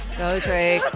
go drake